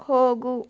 ಹೋಗು